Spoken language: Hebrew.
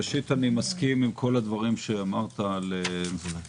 ראשית, אני מסכים עם כל הדברים שאמרת על אשקלון.